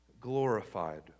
glorified